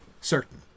certain